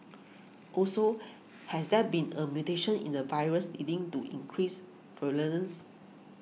also has there been a mutation in the virus leading to increased virulence